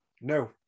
No